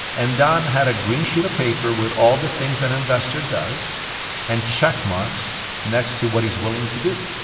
and don had a green sheet of paper with all the things an investor does and check marks next to what he's willing to do.